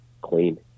clean